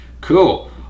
cool